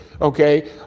Okay